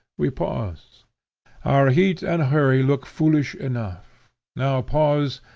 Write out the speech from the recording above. we pause our heat and hurry look foolish enough now pause,